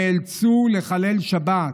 נאלצו לחלל שבת.